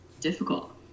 difficult